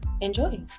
enjoy